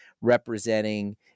representing